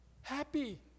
happy